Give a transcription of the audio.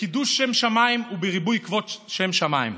בקידוש שם שמיים ובריבוי כבוד שמיים.